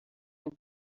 and